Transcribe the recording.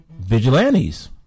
vigilantes